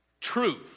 truth